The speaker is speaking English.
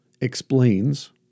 explains